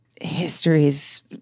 history's